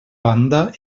banda